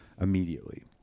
immediately